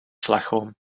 slagroom